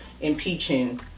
impeaching